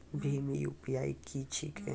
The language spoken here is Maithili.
भीम यु.पी.आई की छीके?